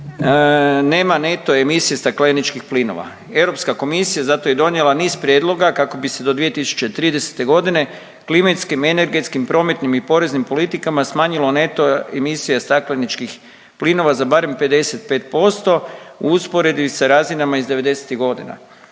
nema neto emisije stakleničkih plinova. Europska komisija zato je i donijela niz prijedloga kako bi se do 2030. godine klimatskim, energetskim, prometnim i poreznim politikama smanjila neto emisija stakleničkih plinova za barem 55% u usporedbi sa razinama iz devedesetih